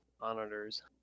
monitors